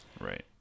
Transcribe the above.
right